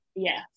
Yes